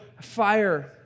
fire